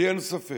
לי אין ספק